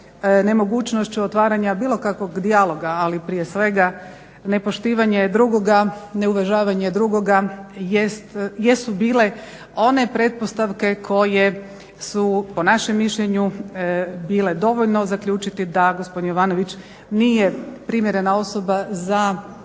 nemogućnošću otvaranja bilo kakvog dijaloga, ali prije svega nepoštivanje drugoga, neuvažavanje drugoga jesu bile one pretpostavke koje su po našem mišljenju bilo je dovoljno zaključiti da gospodin Jovanović nije primjerena osoba za